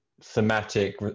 thematic